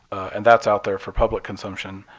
and that's out there for public consumption.